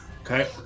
Okay